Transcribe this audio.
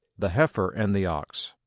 the heifer and the ox